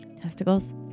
Testicles